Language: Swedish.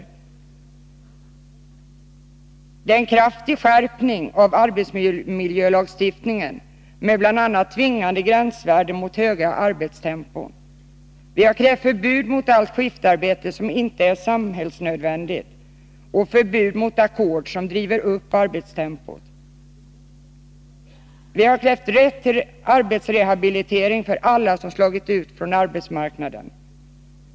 Vi kräver en kraftig skärpning av arbetsmiljölagstiftningen, med bl.a. tvingande gränsvärden mot för höga arbetstempon, förbud mot allt skiftarbete som inte är samhällsnödvändigt och förbud mot ackord som driver upp arbetstempot. Vi kräver rätt till arbetsrehabilitering för alla som slagits ut från arbetsmarknaden.